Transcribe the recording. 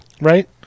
right